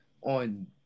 on